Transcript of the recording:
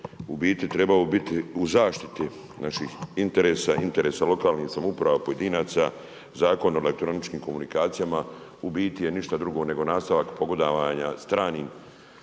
trebao biti u zaštiti naših interesa, interesa lokalnih samouprava, pojedinaca, Zakon o elektroničkim komunikacijama, u biti je ništa drugo nego nastavak pogodovanja stranim